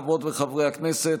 חברות וחברי הכנסת,